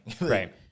Right